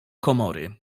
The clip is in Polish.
komory